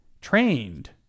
trained